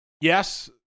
Yes